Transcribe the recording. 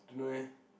don't know eh